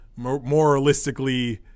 moralistically –